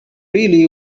really